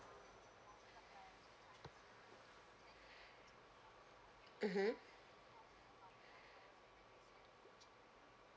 mmhmm